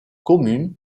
communes